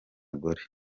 gore